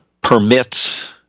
permits